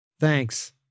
Thanks